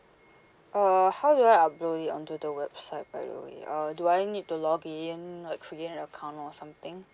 uh how do I upload it onto the website by the way uh do I need to log in and create an account or something